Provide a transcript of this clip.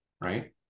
right